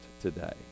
today